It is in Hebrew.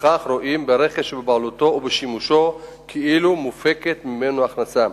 ולפיכך רואים ברכב שבבעלותו ובשימושו כאילו מופקת ממנו הכנסה.